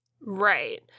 Right